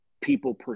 people